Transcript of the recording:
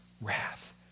wrath